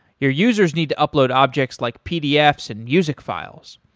your users need to upload objects like pdfs and music files.